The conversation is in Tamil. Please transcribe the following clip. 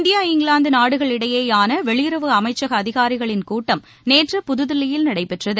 இந்தியா இங்கிலாந்து நாடுகளிடையேயான வெளியுறவு அமைச்சக அதிகாரிகளின் கூட்டம் நேற்று புதுதில்லியில் நடைபெற்றது